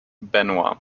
benoit